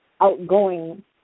outgoing